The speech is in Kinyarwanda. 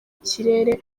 kirere